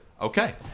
Okay